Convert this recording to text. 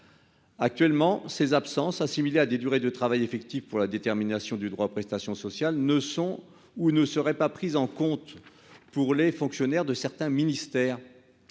Actuellement, ces absences, assimilées à des durées de travail effectives pour la détermination du droit aux prestations sociales, ne seraient pas prises en compte pour les fonctionnaires de certains ministères